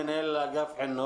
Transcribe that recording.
הן מבחינת חשמל,